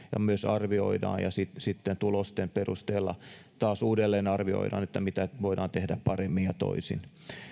myös arvioidaan ja sitten sitten tulosten perusteella taas uudelleen arvioidaan mitä voidaan tehdä paremmin ja toisin